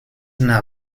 una